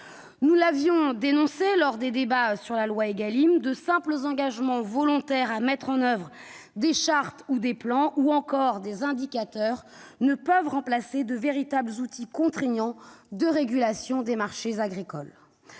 Nous l'avions dénoncé lors des débats sur le projet de loi Égalim. De simples engagements volontaires à mettre en oeuvre des chartes et des plans, ou encore des indicateurs ne peuvent remplacer de véritables outils contraignants de régulation des marchés agricoles.